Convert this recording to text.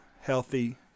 healthy